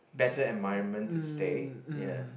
better environment to stay ya